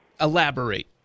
Elaborate